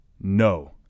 no